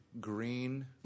Green